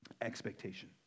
Expectation